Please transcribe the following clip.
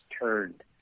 turned